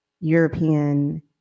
European